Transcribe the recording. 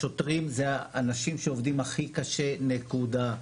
השוטרים זה האנשים שעובדים הכי קשה, נקודה.